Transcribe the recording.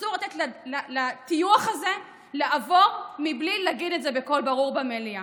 אסור לתת לטיוח הזה לעבור בלי להגיד את זה בקול ברור במליאה.